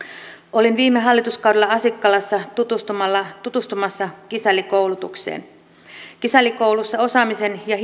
olin viime hallituskaudella asikkalassa tutustumassa tutustumassa kisällikoulutukseen kisällikoulussa osaaminen ja